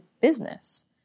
business